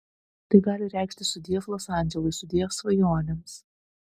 tai gali reikšti sudiev los andželui sudiev svajonėms